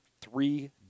three